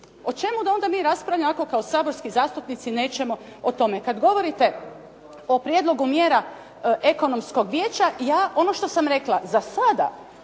O čemu da onda mi raspravljamo ako kao saborski zastupnici nećemo o tome. Kad govorite o prijedlogu mjera ekonomskog vijeća ja ono što sam rekla za sada